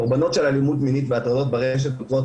קורבנות של אלימות מינית והטרדות ברשת נותרות